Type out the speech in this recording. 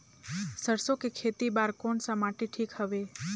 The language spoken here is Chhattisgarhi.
सरसो के खेती बार कोन सा माटी ठीक हवे?